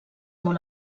molt